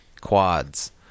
Quads